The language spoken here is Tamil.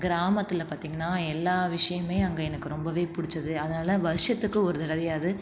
கிராமத்தில் பார்த்திங்கன்னா எல்லா விஷயமுமே அங்கே எனக்கு ரொம்ப பிடிச்சது அதனால் வருஷத்துக்கு ஒரு தடவையாவது